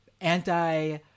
anti